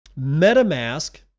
MetaMask